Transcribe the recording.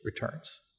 returns